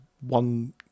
One